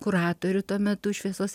kuratorių tuo metu šviesios